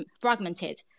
fragmented